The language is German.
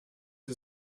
sie